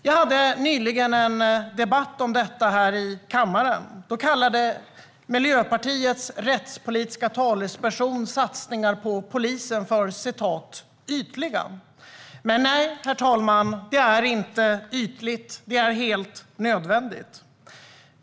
Jag deltog nyligen i en debatt om detta här i kammaren. Då kallade Miljöpartiets rättspolitiska talesperson satsningar på polisen för ytliga. Men nej, herr talman, det är inte ytligt. Det är helt nödvändigt.